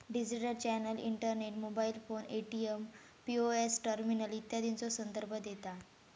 digital channel internet, mobile phone, ATM, POS terminal इत्यादीचो संदर्भ देता